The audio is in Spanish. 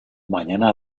mañana